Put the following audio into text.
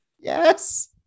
Yes